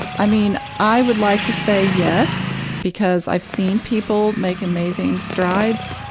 i mean, i would like to say yes, because i've seen people make amazing strides.